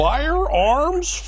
Firearms